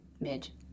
Midge